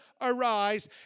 arise